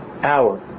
hour